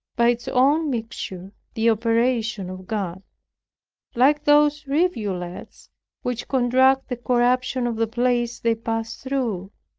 by its own mixture, the operation of god like those rivulets which contract the corruption of the places they pass through,